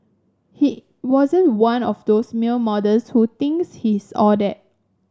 he wasn't one of those male models who thinks he's all that